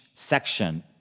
Section